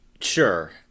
Sure